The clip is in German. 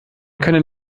können